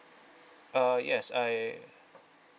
uh yes I